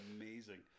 Amazing